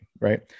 right